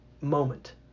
moment